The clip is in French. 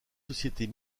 sociétés